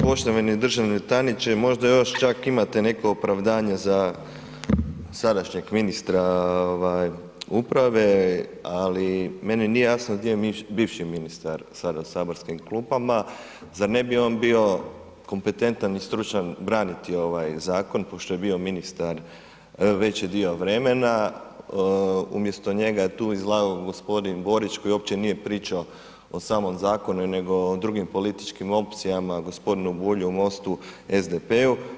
Poštovani državni tajniče možda još čak imate neka opravdanja za sadašnjeg ministra ovaj uprave, ali meni nije jasno gdje je bivši ministar sada u saborskim klupama zar ne bi on bio kompetentan i stručan braniti ovaj zakon pošto je bio ministar veći dio vremena, umjesto njega je tu izlagao gospodin Borić koji uopće nije pričao o samom zakonu neko o drugim političkim opcijama, gospodinu Bulju, o MOST-u, SDP-u.